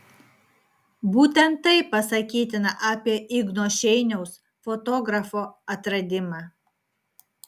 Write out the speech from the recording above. būtent tai pasakytina apie igno šeiniaus fotografo atradimą